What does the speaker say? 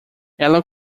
ela